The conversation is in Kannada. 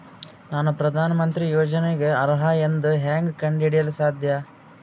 ನಾನು ಪ್ರಧಾನ ಮಂತ್ರಿ ಯೋಜನೆಗೆ ಅರ್ಹ ಎಂದು ಹೆಂಗ್ ಕಂಡ ಹಿಡಿಯಲು ಸಾಧ್ಯ?